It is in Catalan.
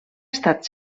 estat